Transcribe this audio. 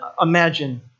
imagine